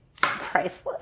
Priceless